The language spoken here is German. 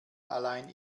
allein